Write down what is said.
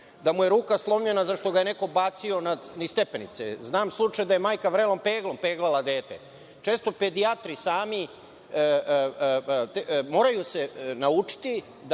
da mu je ruka slomljena zato što ga je neko bacio niz stepenice. Znam slučaj da je majka vrelom peglom peglala dete. Često pedijatri sami moraju se naučiti